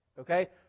okay